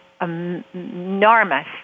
enormous